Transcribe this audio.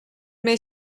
may